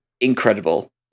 incredible